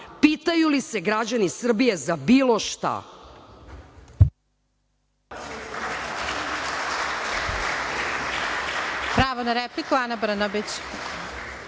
Pitaju li se građani Srbije za bilo šta?